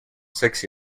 six